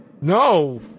No